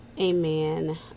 Amen